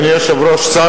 אדוני היושב-ראש,